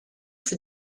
for